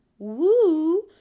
Woo